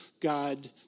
God